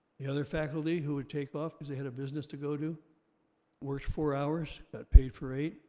the other faculty who would take off because they had a business to go to worked four hours, got paid for eight.